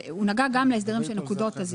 הוא נגע גם להסדרים של נקודות הזיכוי.